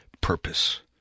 purpose